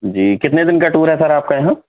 جی کتنے دن کا ٹور ہے سر آپ کا یہاں